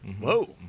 Whoa